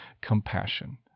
compassion